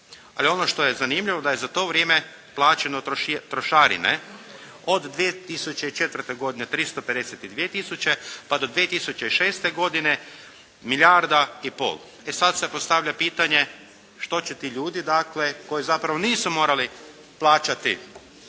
Ali ono što je zanimljivo da je za to vrijeme plaćeno trošarine od 2004. godine 352 tisuće pa do 2006. godine milijarda i pol. I sad se postavlja pitanje što će ti ljudi dakle koji zapravo nisu morali plaćati